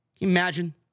Imagine